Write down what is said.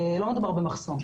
לא מדובר במחסום,